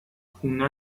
خونه